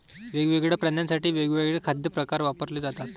वेगवेगळ्या प्राण्यांसाठी वेगवेगळे खाद्य प्रकार वापरले जातात